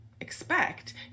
expect